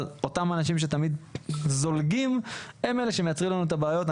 אבל אותם אנשים שתמיד זולגים הם אלה שמייצרים לנו את הבעיות.